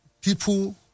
people